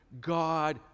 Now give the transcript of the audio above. God